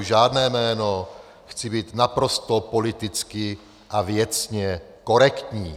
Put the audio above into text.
Žádné jméno, chci být naprosto politicky a věcně korektní.